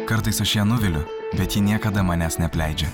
kartais aš ją nuviliu bet ji niekada manęs neapleidžia